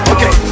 Okay